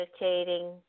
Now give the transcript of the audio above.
meditating